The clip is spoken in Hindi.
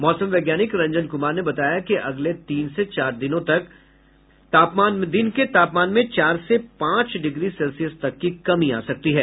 मौसम वैज्ञानिक रंजन कुमार ने बताया कि अगले तीन से चार दिनों तक दिन के तापमान में चार से पांच डिग्री सेल्सियस तक की कमी आ सकती है